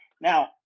Now